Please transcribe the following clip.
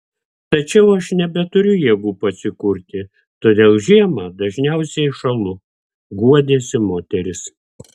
tačiau aš nebeturiu jėgų pasikurti todėl žiemą dažniausiai šąlu guodėsi moteris